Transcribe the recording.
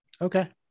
Okay